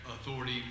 authority